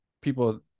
people